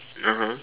(uh huh)